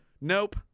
Nope